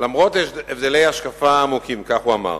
למרות הבדלי השקפה עמוקים, כך הוא אמר,